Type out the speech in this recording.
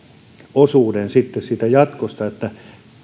osuuden sitten siitä jatkosta